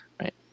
right